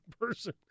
person